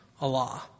Allah